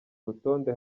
rutonde